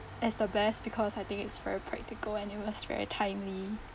as the best because I think it's very practical and it was very timely